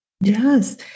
Yes